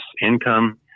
income